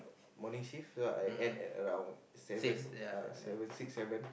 morning shift so I end at around seven uh seven six seven